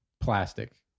plastic